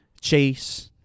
chase